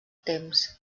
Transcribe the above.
temps